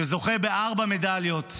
שזוכה בארבע מדליות,